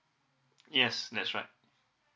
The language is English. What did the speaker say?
yes that's right